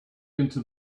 into